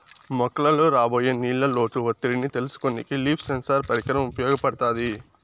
మొక్కలలో రాబోయే నీళ్ళ లోటు ఒత్తిడిని తెలుసుకొనేకి లీఫ్ సెన్సార్ పరికరం ఉపయోగపడుతాది